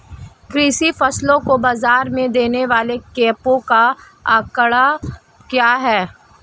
कृषि फसलों को बाज़ार में देने वाले कैंपों का आंकड़ा क्या है?